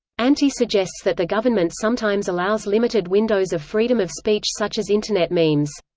anti suggests that the government sometimes allows limited windows of freedom of speech such as internet memes.